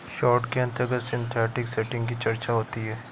short के अंतर्गत synthetic setting की चर्चा होती है